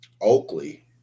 Oakley